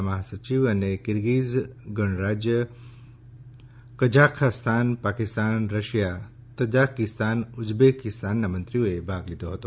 ના મહાસચિવ અને કિર્ગિઝ ગણરાજ્ય કઝાખાસ્તાન પાકિસ્તાન રશિયા તઝાકિસ્તાન ઉઝબેકીસ્તાનના મંત્રીઓએ ભાગ લીધો હતો